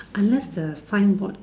unless the sign board